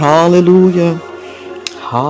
Hallelujah